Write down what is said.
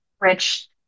rich